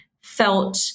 felt